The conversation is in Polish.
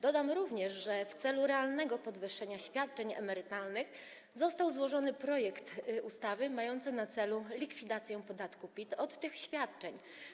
Dodam również, że w celu realnego podwyższenia świadczeń emerytalnych został złożony projekt ustawy mającej na celu likwidację podatku PIT od tych świadczeń.